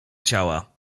ciała